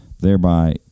thereby